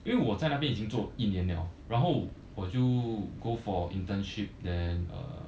因为我在那边已经做一年了然后我就 go for internship then err